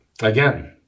again